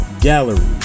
gallery